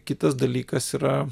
kitas dalykas yra